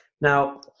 Now